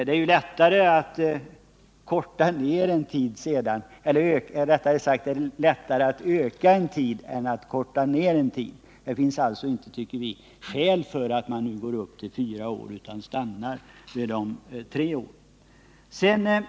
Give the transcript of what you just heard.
Det är ju lättare att sedan öka tidsfristen än att korta ned den. Det finns alltså enligt vår mening inte skäl till att nu gå upp till fyra år, utan man bör stanna vid de tre åren.